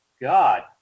God